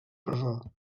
presó